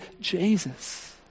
Jesus